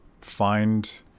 find